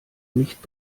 nicht